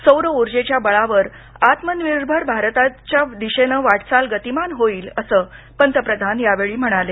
सौर ऊर्जेच्या बळावर आत्मनिर्भर भारताच्या दिशेनं वाटचाल गतिमान होईल असं पंतप्रधान यावेळी म्हणाले